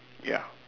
ya